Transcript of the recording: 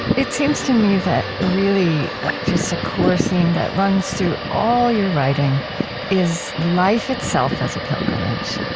it seems to me that really just a core theme that runs through all your writing is life itself as a pilgrimage,